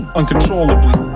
uncontrollably